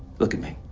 look at me.